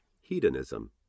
Hedonism